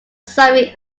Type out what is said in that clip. suffering